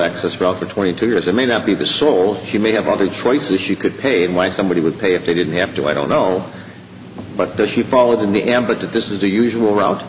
access role for twenty two years i may not be the sole she may have other choices she could pay and why somebody would pay if they didn't have to i don't know but the she followed in the end but to dismiss the usual route